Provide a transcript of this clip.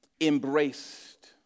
embraced